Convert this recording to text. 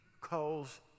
calls